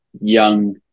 young